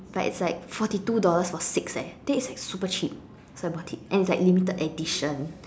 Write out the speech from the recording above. it's like it's like forty two dollars for six eh that is like super cheap so I bought it and it's like limited edition